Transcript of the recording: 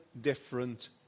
different